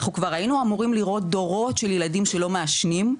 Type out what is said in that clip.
אנחנו כבר היינו אמורים לראות דורות של ילדים שלא מעשנים,